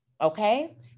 Okay